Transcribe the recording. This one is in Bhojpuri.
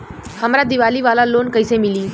हमरा दीवाली वाला लोन कईसे मिली?